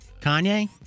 Kanye